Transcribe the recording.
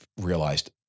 realized